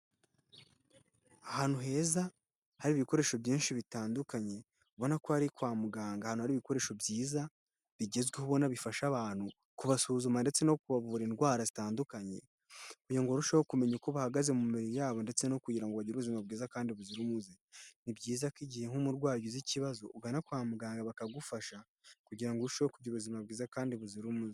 Ahantu heza hari ibikoresho byinshi bitandukanye, ubona ko ari kwa muganga ahantu hari ibikoresho byiza, bigezweho bifasha abantu kubasuzuma ndetse no kubavura indwara zitandukanye kugira ngo barusheho kumenya uko bahagaze mu mibiri yabo ndetse no kugira ngo bagire ubuzima bwiza kandi buzira umuze. Ni byiza ko igihe nk'umurwayi ugize ikibazo, ugana kwa muganga, bakagufasha kugira arusheho kugira ubuzima bwiza kandi buzira umuze.